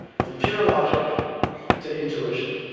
from pure logic to intuition.